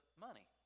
money